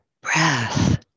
breath